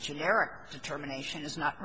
generic determination is not